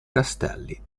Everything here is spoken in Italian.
castelli